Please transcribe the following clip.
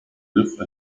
live